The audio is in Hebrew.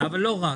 אבל לא רק.